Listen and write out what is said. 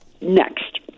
next